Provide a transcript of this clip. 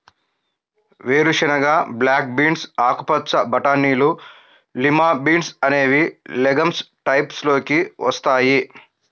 వేరుశెనగ, black beans, ఆకుపచ్చ బటానీలు, లిమా బీన్స్ అనేవి లెగమ్స్ టైప్స్ లోకి వస్తాయి